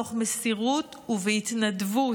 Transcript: מתוך מסירות ובהתנדבות.